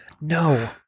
No